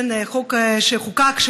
החוק שחוקק,